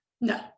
No